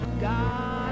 God